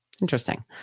Interesting